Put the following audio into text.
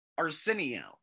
Arsenio